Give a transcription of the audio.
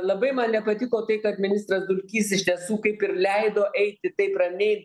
labai man nepatiko tai kad ministras dulkys iš tiesų kaip ir leido eiti taip ramiai